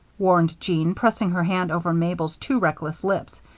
warned jean, pressing her hand over mabel's too reckless lips.